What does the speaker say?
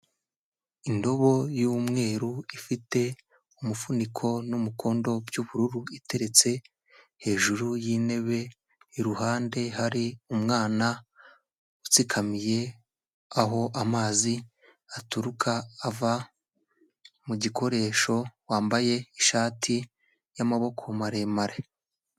Indobo y'umweru ifite umufuniko n'umukondo by'ubururu, iteretse hejuru y'intebe iruhande hari umwana utsikamiye aho amazi aturuka ava mu gikoresho, wambaye ishati y'amaboko maremare.